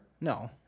No